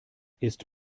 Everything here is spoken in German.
ist